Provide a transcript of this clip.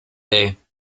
day